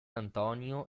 antonio